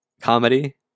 comedy